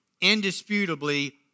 indisputably